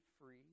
free